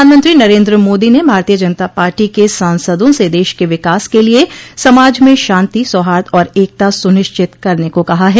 प्रधानमंत्री नरेन्द्र मोदी ने भारतीय जनता पार्टी के सांसदों से देश के विकास के लिए समाज में शांति सौहार्द और एकता सुनिश्चित करने का कहा है